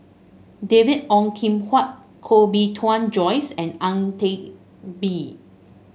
David Ong Kim Huat Koh Bee Tuan Joyce and Ang Teck Bee